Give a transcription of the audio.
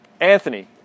Anthony